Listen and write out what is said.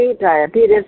diabetes